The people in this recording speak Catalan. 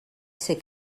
ser